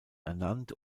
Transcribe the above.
ernannt